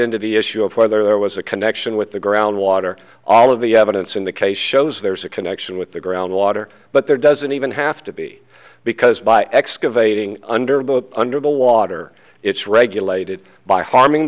into the issue of whether there was a connection with the ground water all of the evidence in the case shows there's a connection with the groundwater but there doesn't even have to be because by excavating under the under the water it's regulated by harming